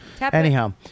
Anyhow